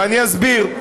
ואני אסביר.